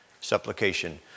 supplication